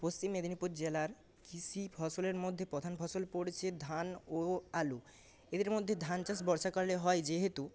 পশ্চিম মেদিনীপুর জেলার কৃষি ফসলের মধ্যে প্রধান ফসল পড়ছে ধান ও আলু এদের মধ্যে ধান চাষ বর্ষাকালে হয় যেহেতু